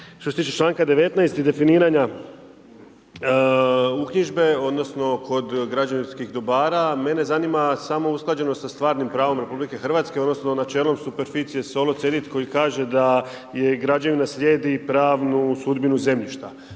što se tiče čl. 19. i definiranja uknjižbe, odnosno, kod građevinskih dobara, mene zanima, samo usklađenost s stvarnim pravom RH, odnosno, načelom s …/Govornik se ne razumije./… koji kaže da je i građevina slijedi pravnu sudbinu zemljišta.